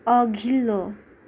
अघिल्लो